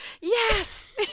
yes